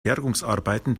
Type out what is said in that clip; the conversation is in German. bergungsarbeiten